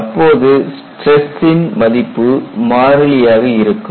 அப்போது ஸ்டிரஸ் ன் மதிப்பு மாறிலியாக இருக்கும்